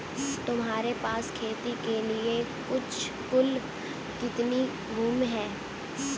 तुम्हारे पास खेती के लिए कुल कितनी भूमि है?